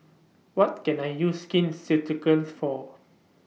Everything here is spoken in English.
What Can I use Skin Ceuticals For